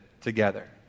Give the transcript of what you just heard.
together